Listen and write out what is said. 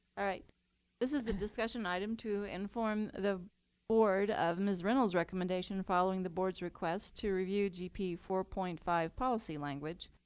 this is a discussion item to inform the board of ms reynolds recommendation following the board's request to review gp four point five policy language,